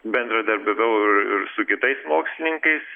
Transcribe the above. bendradarbiavau ir ir su kitais mokslininkais